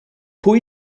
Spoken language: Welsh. pwy